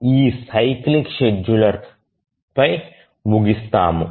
మనము ఈ cyclic scheduler పై ముగిస్తాము